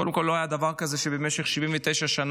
קודם כול, לא היה דבר כזה שבמשך 79 שנה